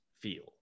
feel